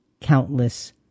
countless